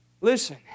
Listen